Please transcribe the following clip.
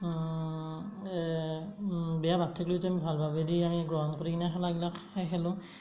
বেয়া ভাব থাকিলেও সেইটো আমি ভাল ভাবেদি আমি গ্ৰহণ কৰি কেনে খেলাগিলাকক খেলোঁ